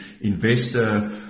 investor